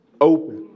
open